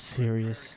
serious